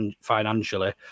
financially